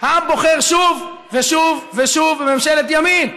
העם בוחר שוב ושוב ושוב בממשלת ימין,